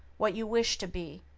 what you wish to be,